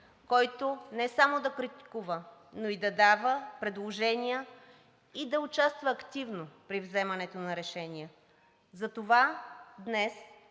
който не само да критикува, но и да дава предложения и да участва активно при взимането на решения. Затова днес